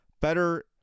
better